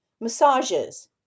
massages